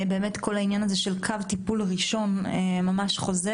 כל העניין של קו טיפול ראשון חוזר,